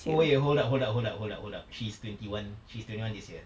hold up hold up hold up hold up hold up she's twenty one she's twenty one this year